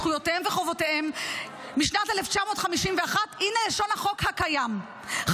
זכויותיהם וחובותיהם משנת 1951. הינה לשון החוק הקיים: